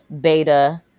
beta